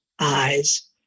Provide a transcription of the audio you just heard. eyes